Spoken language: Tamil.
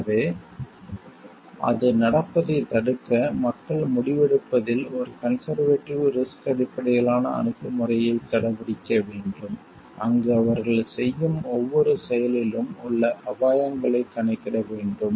எனவே அது நடப்பதைத் தடுக்க மக்கள் முடிவெடுப்பதில் ஒரு கன்செர்வேடிவ் ரிஸ்க் அடிப்படையிலான அணுகு முறையைக் கடைப்பிடிக்க வேண்டும் அங்கு அவர்கள் செய்யும் ஒவ்வொரு செயலிலும் உள்ள அபாயங்களைக் கணக்கிட வேண்டும்